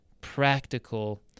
practical